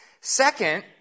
Second